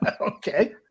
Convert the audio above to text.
Okay